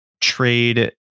trade